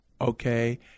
Okay